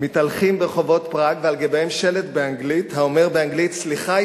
מתהלכים ברחובות פראג ועל גביהם שלט באנגלית האומר באנגלית: סליחה,